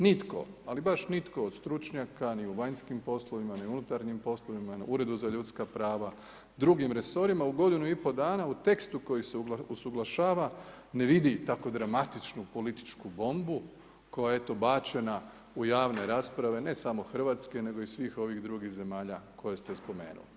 Nitko, ali baš nitko od stručnjaka, ni u vanjskim poslovima, ni unutarnjim poslovima, uredu za ljudska prava, drugim resorima, u godinu i pol dana, u tekstu koji se usuglašava ne vidi tako dramatičnu, političku bombu, koja je eto bačena u javne rasprave, ne samo Hrvatske, nego i svih ovih drugih zemalja, koje ste spomenuli.